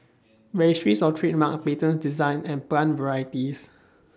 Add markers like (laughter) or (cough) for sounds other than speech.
(noise) Registries of Trademarks Patents Designs and Plant Varieties